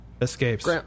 escapes